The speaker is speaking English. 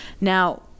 Now